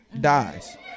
dies